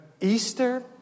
Easter